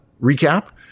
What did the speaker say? recap